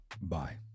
Bye